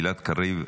גלעד קריב,